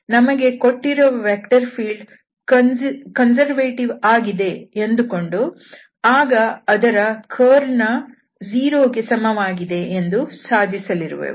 ನಮಗೆ ಕೊಟ್ಟಿರುವ vector field conservative ಆಗಿದೆ ಎಂದು ಅಂದುಕೊಂಡು ಆಗ ಅದರ ಕರ್ಲ್ 0 ಗೆ ಸಮವಾಗಿದೆ ಎಂದು ಸಾಧಿಸಲಿರುವೆವು